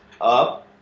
up